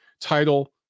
title